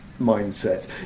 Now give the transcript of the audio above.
mindset